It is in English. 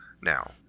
now